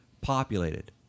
populated